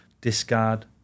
discard